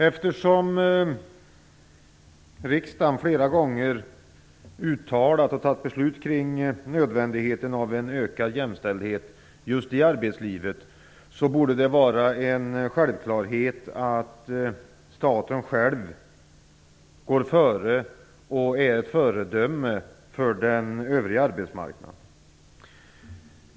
Eftersom riksdagen flera gånger uttalat nödvändigheten av en ökad jämställdhet just i arbetslivet och fattat beslut om detta, borde det vara en självklarhet att staten själv går före och är ett föredöme för den övriga arbetsmarknaden.